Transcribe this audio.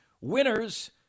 winners